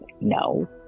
No